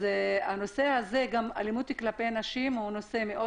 נושא האלימות כלפי נשים הוא נושא מאוד